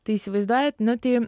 tai įsivaizduojat nu tai